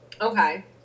Okay